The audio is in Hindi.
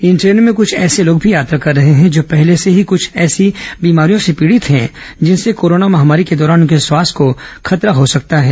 इन ट्रेनों में कुछ ऐसे लोग भी यात्रा कर रहे हैं जो पहले से ही कुछ ऐसी बीमारियों से पीड़ित हैं जिनसे कोरोना महामारी के दौरान उनके स्वास्थ्य को खतरा हो सकता है